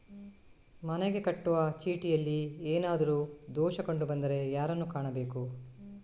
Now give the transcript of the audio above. ಮನೆಗೆ ಕಟ್ಟುವ ಚೀಟಿಯಲ್ಲಿ ಏನಾದ್ರು ದೋಷ ಕಂಡು ಬಂದರೆ ಯಾರನ್ನು ಕಾಣಬೇಕು?